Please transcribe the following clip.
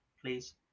please